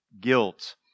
Guilt